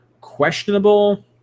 questionable